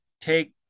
take